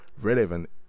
relevant